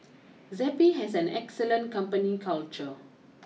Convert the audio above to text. Zappy has an excellent company culture